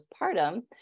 postpartum